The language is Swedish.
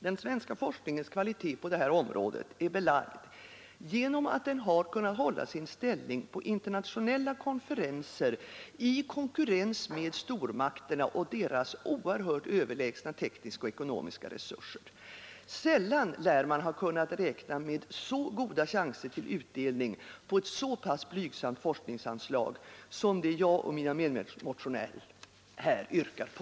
Den svenska forskningens kvalitet på detta område är belagd genom att den har kunnat hålla sin ställning på internationella konferenser, i konkurrens med stormakterna och deras oerhört överlägsna tekniska och ekonomiska resurser. Sällan lär man ha kunnat räkna med så goda chanser till utdelning på ett så pass blygsamt forskningsanslag, som det jag och mina medmotionärer här yrkar på.